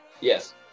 Yes